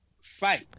fight